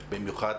במיוחד